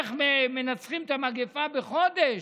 איך מנצחים את המגפה בחודש.